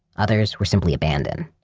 others were simply abandoned.